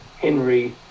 Henry